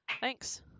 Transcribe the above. Thanks